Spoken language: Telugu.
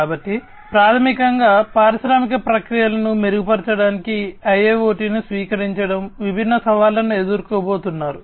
కాబట్టి ప్రాథమికంగా పారిశ్రామిక ప్రక్రియలను మెరుగుపరచడానికి IIoT ను స్వీకరించడం విభిన్న సవాళ్లను ఎదుర్కోబోతున్నారు